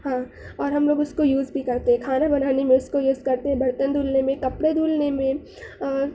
ہاں اور ہم لوگ اس کو یوز بھی کرتے ہیں کھانا بنانے میں اس کو یوز کرتے ہیں برتن دھلنے میں کپڑے دھلنے میں اور